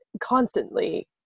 constantly